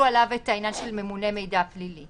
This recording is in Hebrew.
עליו את העניין של ממונה מידע פלילי.